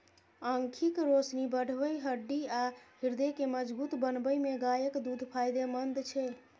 आंखिक रोशनी बढ़बै, हड्डी आ हृदय के मजगूत बनबै मे गायक दूध फायदेमंद छै